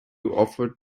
offer